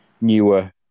newer